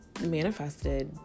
manifested